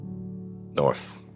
North